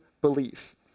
belief